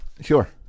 sure